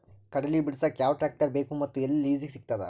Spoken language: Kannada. ಕಡಲಿ ಬಿಡಸಕ್ ಯಾವ ಟ್ರ್ಯಾಕ್ಟರ್ ಬೇಕು ಮತ್ತು ಎಲ್ಲಿ ಲಿಜೀಗ ಸಿಗತದ?